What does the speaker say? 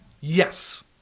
Yes